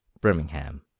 Birmingham